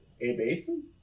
A-Basin